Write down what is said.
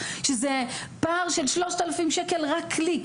שזה פער של 3,000 שקל רק לי,